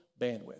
bandwidth